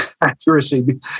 accuracy